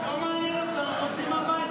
לא מעניין אותם בית החולים, הם רוצים הביתה.